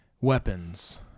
weapons